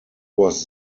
was